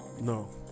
No